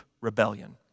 rebellion